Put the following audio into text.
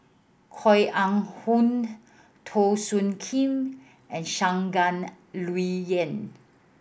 Koh Eng Hoon Teo Soon Kim and Shangguan Liuyun